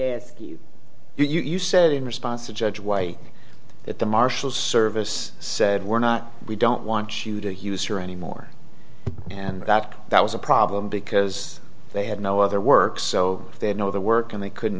you said in response to judge white that the marshals service said we're not we don't want you to use her anymore and that that was a problem because they had no other work so they know the work and they couldn't